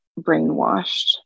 brainwashed